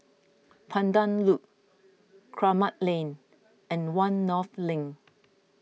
Pandan Loop Kramat Lane and one North Link